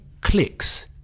clicks